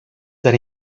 that